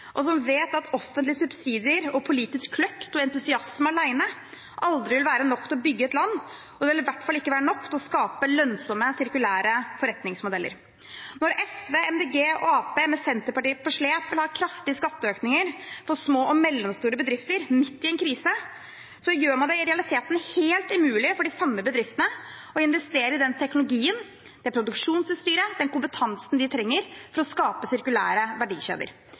og som vet at offentlige subsidier og politisk kløkt og entusiasme alene aldri vil være nok til å bygge et land, og det vil i hvert fall ikke være nok til å skape lønnsomme sirkulære forretningsmodeller. Når SV, Miljøpartiet De Grønne og Arbeiderpartiet, med Senterpartiet på slep, vil ha kraftige skatteøkninger for små og mellomstore bedrifter midt i en krise, gjør man det i realiteten helt umulig for de samme bedriftene å investere i den teknologien, det produksjonsutstyret og den kompetansen de trenger for å skape sirkulære